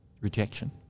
rejection